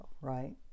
right